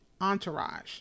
entourage